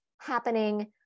happening